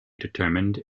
determined